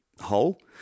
hole